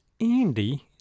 Andy